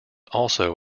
also